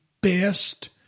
best